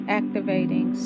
activating